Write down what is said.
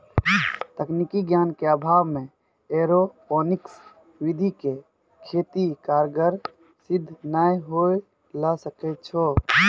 तकनीकी ज्ञान के अभाव मॅ एरोपोनिक्स विधि के खेती कारगर सिद्ध नाय होय ल सकै छो